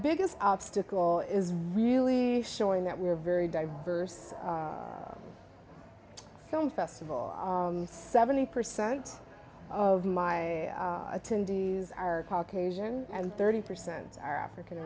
biggest obstacle is really showing that we're a very diverse film festival seventy percent of my attendees are caucasian and thirty percent are african